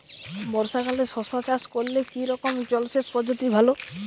বর্ষাকালে শশা চাষ করলে কি রকম জলসেচ পদ্ধতি ভালো?